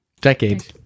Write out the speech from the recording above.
decade